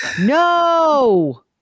No